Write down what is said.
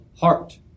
heart